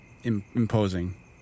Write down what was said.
imposing